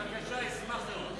בבקשה, אשמח מאוד.